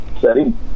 setting